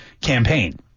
campaign